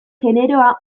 generoa